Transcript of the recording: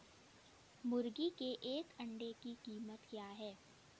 मुर्गी के एक अंडे की कीमत क्या है?